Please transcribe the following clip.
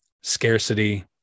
scarcity